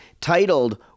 titled